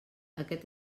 aquest